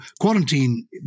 quarantine